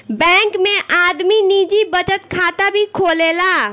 bank में आदमी निजी बचत खाता भी खोलेला